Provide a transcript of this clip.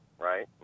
right